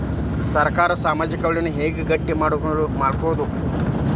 ಸರ್ಕಾರಾ ಸಾಮಾಜಿಕ ವಲಯನ್ನ ಹೆಂಗ್ ಗಟ್ಟಿ ಮಾಡ್ಕೋತದ?